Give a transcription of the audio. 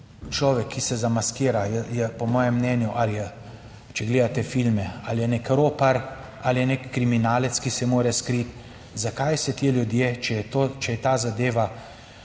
človek, ki se zamaskira, je po mojem mnenju ali je, če gledate filme, ali je nek ropar ali je nek kriminalec, ki se mora skriti, zakaj se ti ljudje, če je ta zadeva